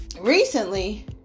recently